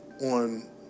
On